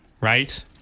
right